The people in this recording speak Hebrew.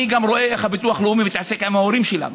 אני גם רואה איך הביטוח הלאומי מתעסק עם ההורים שלנו.